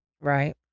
Right